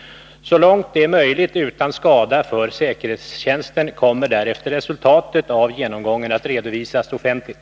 Så långt det är möjligt utan skada för säkerhetstjänsten kommer därefter resultatet av genomgången att redovisas offentligt.